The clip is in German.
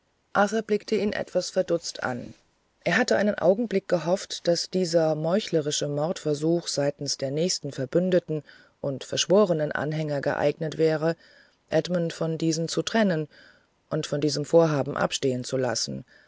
blickte ihn etwas verdutzt an er hatte einen augenblick gehofft daß dieser meuchlerische mordversuch seitens der nächsten verbündeten und geschworenen anhänger geeignet wäre edmund von diesen zu trennen und von einem vorhaben abstehen zu lassen